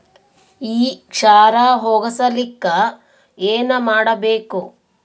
ಈ ಕ್ಷಾರ ಹೋಗಸಲಿಕ್ಕ ಏನ ಮಾಡಬೇಕು?